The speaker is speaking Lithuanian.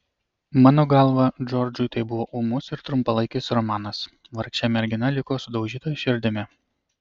mano galva džordžui tai buvo ūmus ir trumpalaikis romanas vargšė mergina liko sudaužyta širdimi